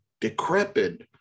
decrepit